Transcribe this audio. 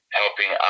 helping